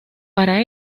para